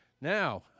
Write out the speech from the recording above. Now